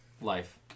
life